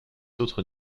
autres